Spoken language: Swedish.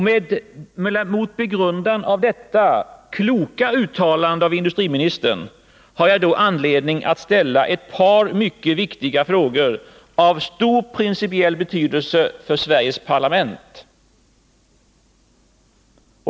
Med begrundan av detta kloka uttalande av industriministern har jag då anledning att ställa ett par mycket viktiga frågor av stor principiell betydelse för Sveriges parlament.